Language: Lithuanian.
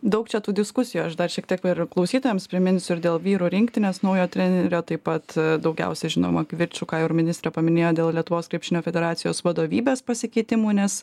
daug čia tų diskusijų aš dar šiek tiek ir klausytojams priminsiu ir dėl vyrų rinktinės naujo trenerio taip pat daugiausiai žinoma kivirčų ką jau ir ministrė paminėjo dėl lietuvos krepšinio federacijos vadovybės pasikeitimų nes